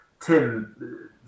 Tim